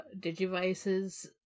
digivices